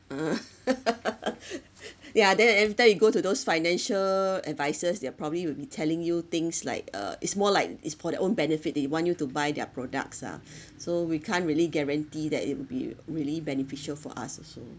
uh yeah then every time you go to those financial advisors they're probably will be telling you things like uh it's more like it's for their own benefit they want you to buy their products ah so we can't really guarantee that it'll be really beneficial for us also